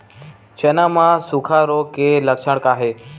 चना म सुखा रोग के लक्षण का हे?